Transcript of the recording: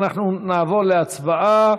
אנחנו נעבור להצבעה,